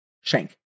Schenk